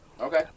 Okay